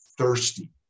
thirsty